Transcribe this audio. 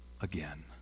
again